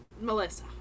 Melissa